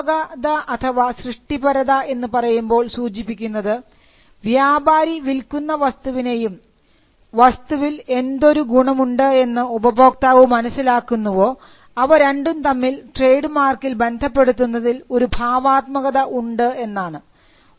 ഭാവാത്മക അഥവാ സൃഷ്ടിപരത എന്ന് പറയുമ്പോൾ സൂചിപ്പിക്കുന്നത് വ്യാപാരി വിൽക്കുന്ന വസ്തുവിനെയും വസ്തുവിൽ എന്തൊരു ഗുണം ഉണ്ട് എന്ന് ഉപഭോക്താവ് മനസ്സിലാക്കുന്നുവോ അവ രണ്ടും തമ്മിൽ ട്രേഡ് മാർക്കിൽ ബന്ധപ്പെടുത്തുന്നതിൽ ഒരു ഭാവാത്മകത ഉണ്ട് എന്നാണ്